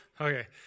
Okay